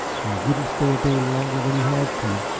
he wouldn't stay a day longer than he had to,